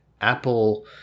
Apple